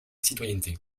citoyenneté